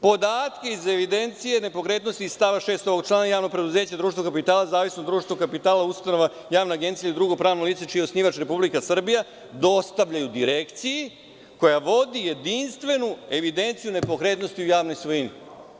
Podatke iz evidencije nepokretnosti stava 6. ovog člana – javno preduzeće, društvo kapitala, zavisno društvo kapitala, ustanova, javna agencija ili drugo pravno lice čiji je osnivač Republika Srbija dostavljaju agenciji koja vodi jedinstvenu evidenciju nepokretnosti o javnoj svojini.